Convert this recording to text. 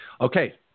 okay